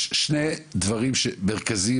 יש שני דברים מרכזיים.